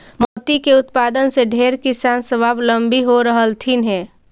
मोती के उत्पादन से ढेर किसान स्वाबलंबी हो रहलथीन हे